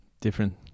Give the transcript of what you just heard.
different